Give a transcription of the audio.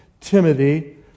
Timothy